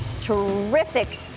Terrific